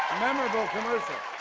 memorable commercial.